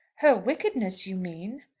her wickedness, you mean.